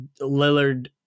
lillard